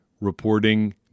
reporting